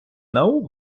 наук